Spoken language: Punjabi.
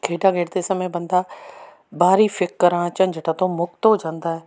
ਖੇਡਾਂ ਖੇਡਦੇ ਸਮੇਂ ਬੰਦਾ ਬਾਹਰੀ ਫਿਕਰਾਂ ਝੰਜਟਾਂ ਤੋਂ ਮੁਕਤ ਹੋ ਜਾਂਦਾ